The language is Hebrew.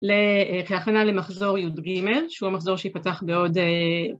‫כהכנה למחזור י"ג, ‫שהוא המחזור שיפתח בעוד...